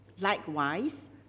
Likewise